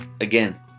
Again